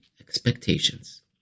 Expectations